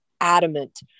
adamant